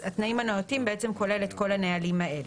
אז התנאים הנאותים כוללים בעצם את כל הנהלים האלה.